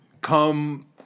come